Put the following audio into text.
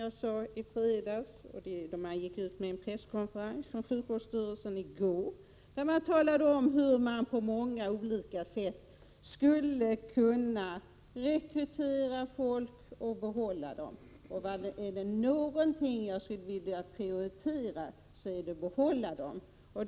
Jag beskrev i fredags — och det beskrevs också på en presskonferens som anordnades av sjukvårdsstyrelsen i går — hur man skulle kunna gå till väga, på många olika sätt, för att rekrytera och behålla personal. Vad jag framför allt vill prioritera i det sammahanget är arbetet för att behålla de anställda.